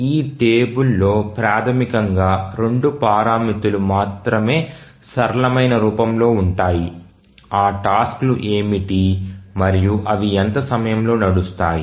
ఈ టేబుల్ లో ప్రాథమికంగా రెండు పారామితులు మాత్రమే సరళమైన రూపంలో ఉంటాయి ఆ టాస్క్ లు ఏమిటి మరియు అవి ఎంత సమయంలో నడుస్తాయి